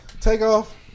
takeoff